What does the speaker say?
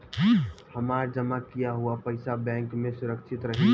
हमार जमा किया हुआ पईसा बैंक में सुरक्षित रहीं?